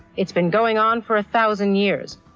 it's been going on for a thousand years,